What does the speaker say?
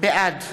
בעד